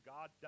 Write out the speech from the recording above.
God